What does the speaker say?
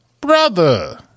brother